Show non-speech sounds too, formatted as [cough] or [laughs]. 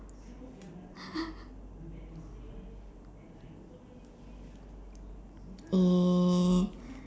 [laughs] uh